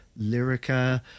Lyrica